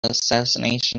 assassination